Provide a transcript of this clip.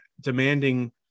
demanding